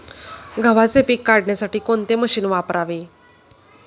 गव्हाचे पीक काढण्यासाठी कोणते मशीन वापरावे?